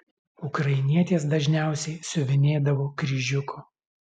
ukrainietės dažniausiai siuvinėdavo kryžiuku